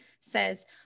says